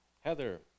Heather